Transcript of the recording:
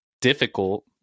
difficult